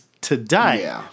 today